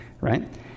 Right